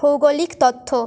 ভৌগলিক তথ্য